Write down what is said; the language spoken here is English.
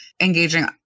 engaging